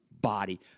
body